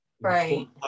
right